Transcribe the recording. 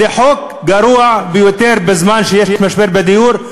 זה חוק גרוע ביותר בזמן שיש משבר בדיור,